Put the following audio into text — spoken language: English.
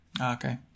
Okay